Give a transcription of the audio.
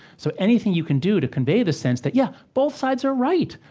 so anything you can do to convey the sense that, yeah, both sides are right,